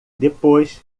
depois